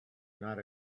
not